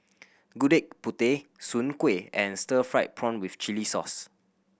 Gudeg Putih Soon Kueh and stir fried prawn with chili sauce